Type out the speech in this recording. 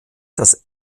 das